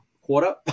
quarter